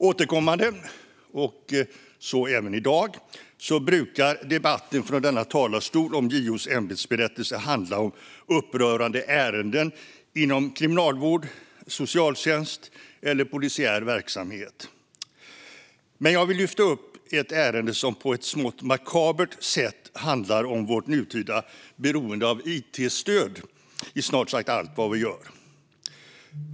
Återkommande, så även i dag, brukar debatten från denna talarstol om JO:s ämbetsberättelse handla om upprörande ärenden inom kriminalvård, socialtjänst eller polisiär verksamhet. Men jag vill lyfta upp ett ärende som på ett smått makabert sätt handlar om vårt nutida beroende av it-stöd i snart sagt allt vad vi gör.